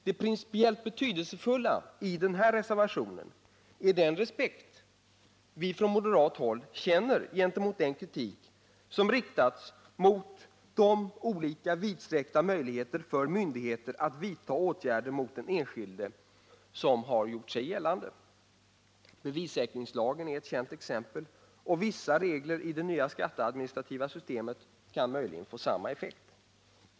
Det principiellt betydelsefulla i den här reservationen är den respekt vi från moderat håll känner gentemot den kritik som riktats mot de olika vidsträckta möjligheter för myndigheter att vidta åtgärder mot den enskilde som har gjort sig gällande. Bevissäkringslagen är ett känt exempel, och vissa regler i det nya skatteadministrativa systemet kan möjligen få samma effekt.